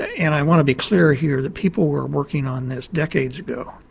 and i want to be clear here that people were working on this decades ago,